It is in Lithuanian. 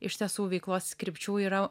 iš tiesų veiklos krypčių yra